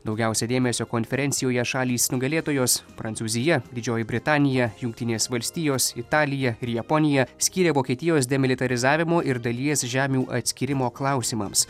daugiausia dėmesio konferencijoje šalys nugalėtojos prancūzija didžioji britanija jungtinės valstijos italija ir japonija skyrė vokietijos demilitarizavimo ir dalies žemių atskyrimo klausimams